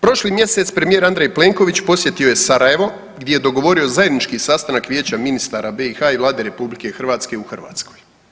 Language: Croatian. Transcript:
Prošli mjesec premijer Andrej Plenković posjetio je Sarajevo gdje je dogovorio zajednički sastanak Vijeća ministara BiH i Vlade RH u Hrvatskoj.